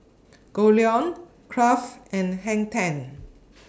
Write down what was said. Goldlion Kraft and Hang ten